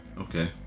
Okay